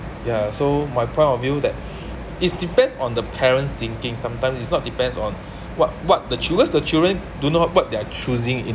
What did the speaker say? ya so my point of view that is depends on the parents thinking sometimes it's not depends on what what the children because the children don't know what they're choosing in